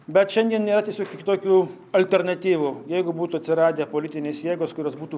bet šiandien yra tiesiog ki kitokių alternatyvų jeigu būtų atsiradę politinės jėgos kurios būtų